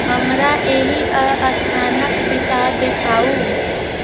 हमरा एहि स्थानक दिशा देखाउ